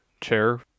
chair